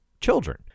children